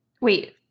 wait